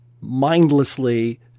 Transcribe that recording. mindlessly